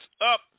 up